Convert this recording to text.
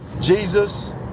Jesus